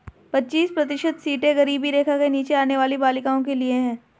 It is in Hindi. पच्चीस प्रतिशत सीटें गरीबी रेखा के नीचे आने वाली बालिकाओं के लिए है